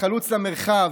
החלוץ למרחב,